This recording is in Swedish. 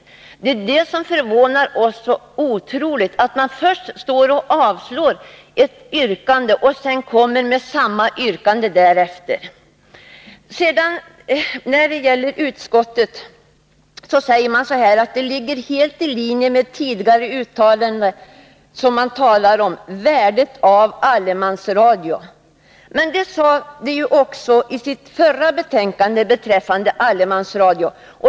Vad som förvånar oss så otroligt är att man först är med om att avslå ett yrkande som man själv ställer omedelbart därefter. Utskottet säger nu att önskemålen om en utveckling och utbyggnad av allemansradion ligger i linje med tidigare uttalanden om värdet av allemansradio. Det sade utskottet också i sitt förra betänkande beträffande allemansradion.